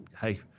hey